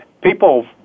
people